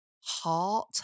heart